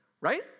Right